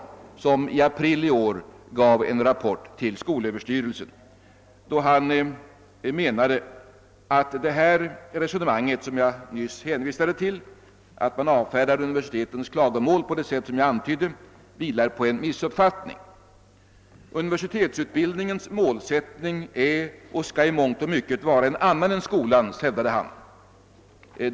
Denne avgav i april i år en rapport till skolöverstyrelsen vari han anförde att det resonemang som jag nyss hänvisade till — att universitetens klagomål avfärdades på det sätt som skett — vilade på en missuppfattning. Universitetsutbildningens målsättning är och skall i mångt och mycket vara en annan än skolans, hävdade han.